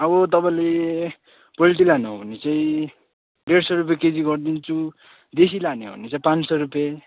अब तपाईँले पोल्ट्री लानुहुने हो भने चाहिँ डेढ सय रुपियाँ केजी गरिदिन्छु देशी लाने हो भने चाहिँ पाँच सय रुपियाँ